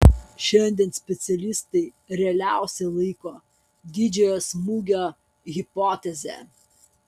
šiandien specialistai realiausia laiko didžiojo smūgio hipotezę